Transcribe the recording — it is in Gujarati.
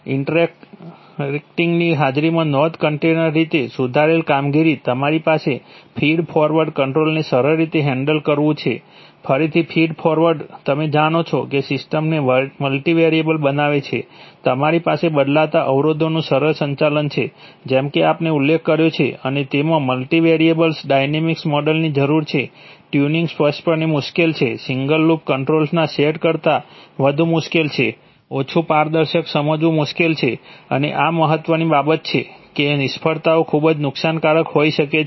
ઇન્ટરેક્ટિંગની હાજરીમાં નોંધ કન્ટેનર રીતે સુધારેલ કામગીરી તમારી પાસે ફીડ ફોરવર્ડ કન્ટ્રોલને સરળ રીતે હેન્ડલ કરવું છે ફરીથી ફીડ ફોરવર્ડ તમે જાણો છો કે સિસ્ટમને મલ્ટિવેરિયેબલ બનાવે છે તમારી પાસે બદલાતા અવરોધોનું સરળ સંચાલન છે જેમ કે આપણે ઉલ્લેખ કર્યો છે અને તેમાં મલ્ટિવેરિયેબલ ડાયનેમિક મોડેલની જરૂર છે ટ્યુનિંગ સ્પષ્ટપણે મુશ્કેલ છે સિંગલ લૂપ કન્ટ્રોલના સેટ કરતા વધુ મુશ્કેલ છે ઓછું પારદર્શક સમજવું મુશ્કેલ છે અને આ મહત્ત્વની બાબત છે કે નિષ્ફળતાઓ ખૂબ નુકસાનકારક હોઈ શકે છે